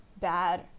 bad